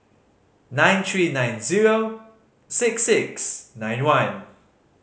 nine three nine zero six six nine one